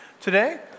today